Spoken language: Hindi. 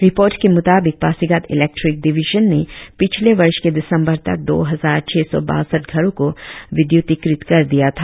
रिपोर्ट के मुताबिक पासिघाट ईलेक्ट्रिक डिविजन ने पिछले वर्ष के दिसंबर तक दो हजार छह सौ बास्ठ घरों को विद्युतीकृत कर दिया था